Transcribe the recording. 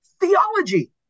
theology